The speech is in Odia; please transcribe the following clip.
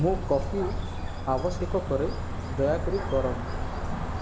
ମୁଁ କଫି ଆବଶ୍ୟକ କରେ ଦୟାକରି ଗରମ